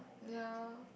ya